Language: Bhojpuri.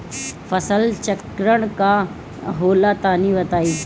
फसल चक्रण का होला तनि बताई?